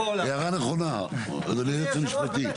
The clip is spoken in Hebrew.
אדוני היועץ המשפטי.